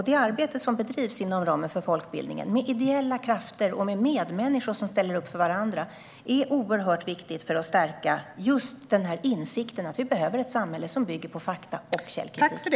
Det arbete som bedrivs inom ramen för folkbildningen med ideella krafter och medmänniskor som ställer upp för varandra är oerhört viktigt för att stärka just insikten att vi behöver ett samhälle som bygger på fakta och källkritik.